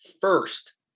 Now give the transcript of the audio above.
first